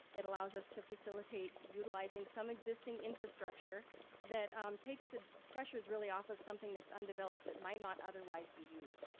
it allows us to facilitate utilizing some existing infrastructure that takes the pressures really off of something that's undeveloped that might not otherwise be used.